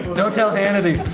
don't tell dan